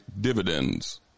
dividends